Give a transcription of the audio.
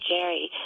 Jerry